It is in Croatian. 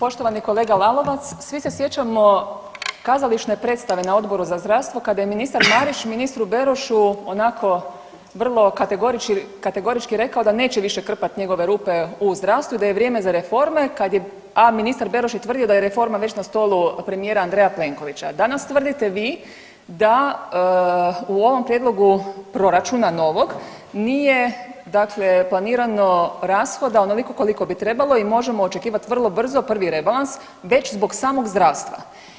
Poštovani kolega Lalovac, svi se sjećamo kazališne predstave na Odboru za zdravstvo kada je ministar Marić ministru Berošu onako vrlo kategorički rekao da neće više krpat njegove rupe u zdravstvu i da je vrijeme za reforme, a ministar Beroš je tvrdio da je reforma već na stolu premijera Andreja Plenković, a danas tvrdite vi da u ovom prijedlogu proračuna novog nije dakle planirano rashoda onoliko koliko bi trebalo i možemo očekivat vrlo brzo prvi rebalans već zbog samog zdravstva.